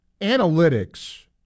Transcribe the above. analytics